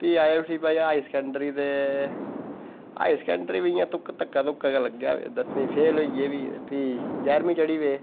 भई आई गे भाई हाई सकैंडरी दे हाई सकैंडरी बी इंया धक्का लग्गेआ ते दसमीं फेल हगोइयै ते भी जारहमीं चढ़ी पे